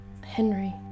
Henry